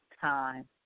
time